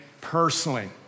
personally